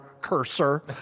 cursor